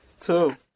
two